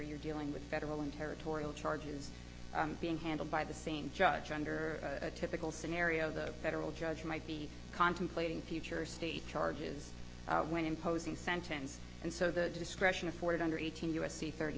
you're dealing with federal and territorial charges being handled by the same judge under a typical scenario the federal judge might be contemplating future state charges when imposing sentence and so the discretion afforded under eighteen u